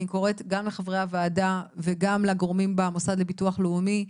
אני קוראת גם לחברי הוועדה וגם לגורמים במוסד לביטוח הלאומי,